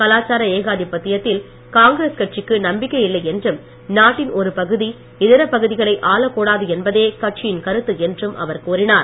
கலாச்சார ஏகாதிபத்தியத்தில் காங்கிரஸ் கட்சிக்கு நம்பிக்கை இல்லை என்றும் நாட்டின் ஒரு பகுதி இதர பகுதிகளை ஆளக்கூடாது என்பதே கட்சியின் கருத்து என்றும் அவர் கூறினார்